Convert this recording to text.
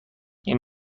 این